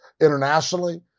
internationally